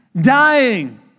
dying